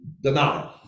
denial